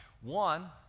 One